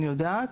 אני יודעת